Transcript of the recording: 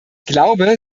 glaube